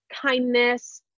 kindness